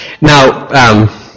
Now